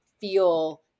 feel